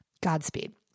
Godspeed